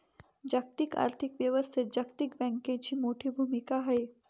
जागतिक आर्थिक व्यवस्थेत जागतिक बँकेची मोठी भूमिका आहे